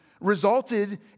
resulted